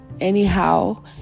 Anyhow